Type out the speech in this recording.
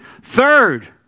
Third